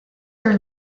are